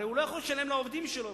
הרי הוא לא יכול לשלם לעובדים שלו,